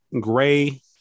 gray